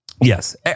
Yes